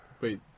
Wait